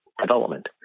development